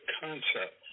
concept